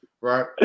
right